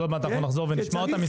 אז עוד מעט אנחנו נחזור ונשמע אותם,